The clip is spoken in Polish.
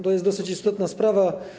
To jest dosyć istotna sprawa.